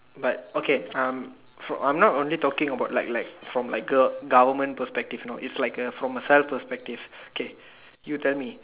but okay um for I'm not only talking about like like from like gov~ government perspective you know it's like a from self perspective okay you tell me